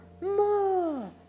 more